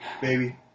baby